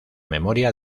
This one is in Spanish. memoria